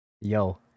Yo